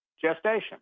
gestation